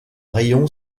rayon